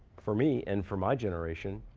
for me, and for my generation,